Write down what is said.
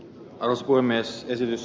kasvua myös kysymys